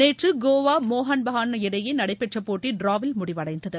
நேற்று கோவா மோகன்பெகான் இடையே நடைபெற்ற போட்டி டிராவில் முடிவடைந்தது